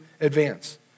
advance